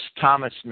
Thomas